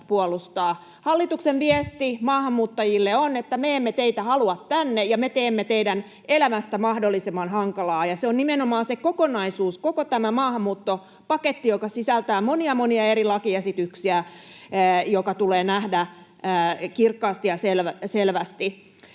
puolustaa. Hallituksen viesti maahanmuuttajille on, että me emme teitä halua tänne ja me teemme teidän elämästänne mahdollisimman hankalaa. Se on nimenomaan se kokonaisuus, koko tämä maahanmuuttopaketti — joka sisältää monia, monia eri lakiesityksiä — joka tulee nähdä kirkkaasti ja selvästi.